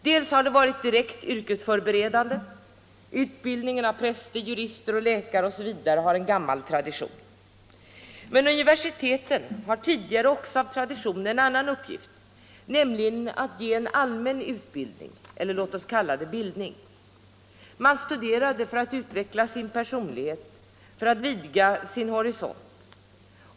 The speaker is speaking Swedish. Den har varit direkt yrkesförberedande; utbildning av präster, jurister, läkare och liknande har en gammal tradition. Men universiteten har också av tradition en annan uppgift, nämligen att ge en allmän utbildning, låt oss kalla det bildning. Man studerade för att utveckla sin personlighet, för att vidga sin horisont.